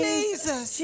Jesus